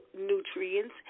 nutrients